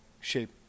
shape